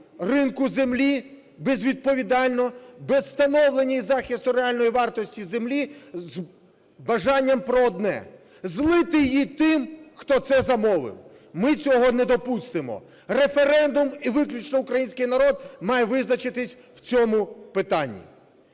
ринку землі безвідповідально, без встановлення і захисту реальної вартості землі, з бажанням про одне – злити її тим, хто це замовив. Ми цього не допустимо. Референдум і виключно український народ має визначитися в цьому питанні.